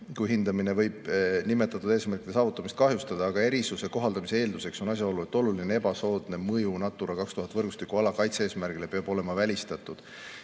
kui hindamine võib nimetatud eesmärkide saavutamist kahjustada, aga erisuse kohaldamise eelduseks on asjaolu, et oluline ebasoodne mõju Natura 2000 võrgustiku ala kaitse-eesmärgile peab olema välistatud.